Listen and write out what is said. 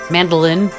Mandolin